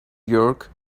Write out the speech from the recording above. york